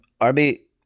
Arby